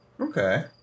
okay